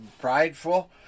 prideful